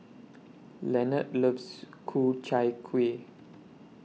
Lenard loves Ku Chai Kuih